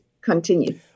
continue